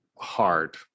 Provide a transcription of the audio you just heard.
Hard